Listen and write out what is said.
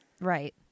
Right